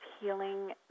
healing